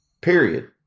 Period